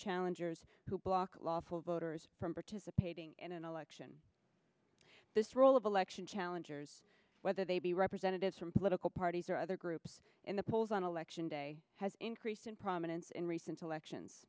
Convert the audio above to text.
challengers who block lawful voters from participating in an election this role of election challengers whether they be representatives from political parties or other groups in the polls on election day has increased in prominence in recent elections